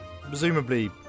presumably